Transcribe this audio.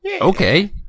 Okay